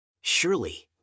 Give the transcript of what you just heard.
Surely